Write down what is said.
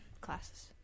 classes